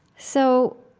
so,